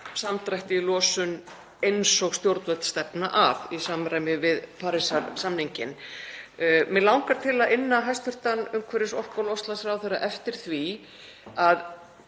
samdrætti í losun eins og stjórnvöld stefna að í samræmi við Parísarsamninginn. Mig langar til að inna hæstv. umhverfis-, orku- og loftslagsráðherra eftir því